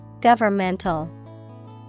Governmental